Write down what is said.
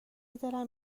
دلم